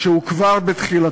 שהוא כבר בתחילתו.